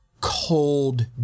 cold